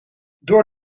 door